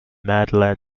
malad